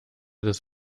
des